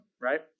right